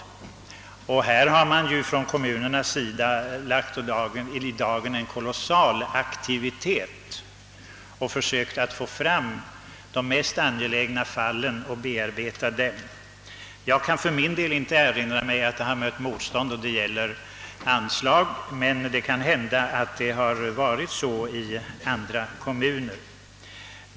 Kommunerna har i detta sammanhang lagt i dagen en kolossal aktivitet för att försöka klarlägga de mest angelägna fallen och bearbeta dem. Jag kan inte erinra mig att man har mött motstånd då det gällt anslag, men det kan hända att så har skett i andra kommuner.